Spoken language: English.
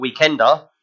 Weekender